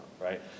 right